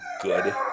good